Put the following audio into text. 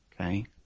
Okay